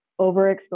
Overexposure